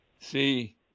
See